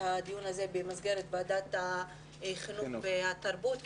הדיון הזה במסגרת ועדת החינוך והתרבות,